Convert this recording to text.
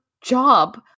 job